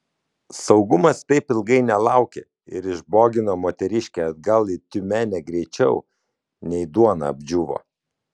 saugumas taip ilgai nelaukė ir išbogino moteriškę atgal į tiumenę greičiau nei duona apdžiūvo